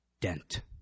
dent